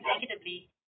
negatively